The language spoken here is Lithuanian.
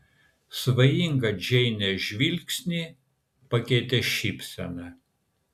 svajingą džeinės žvilgsnį pakeitė šypsena